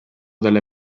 delle